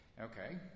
okay